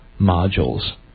modules